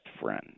friend